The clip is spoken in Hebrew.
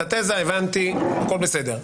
את התזה הבנתי, הכול בסדר.